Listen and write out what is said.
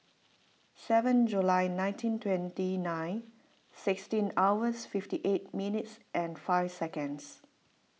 seven July nineteen twenty nine sixteen hours fifty eight minutes and five seconds